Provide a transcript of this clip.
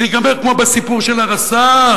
זה ייגמר כמו בסיפור של הרס"ר.